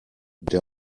der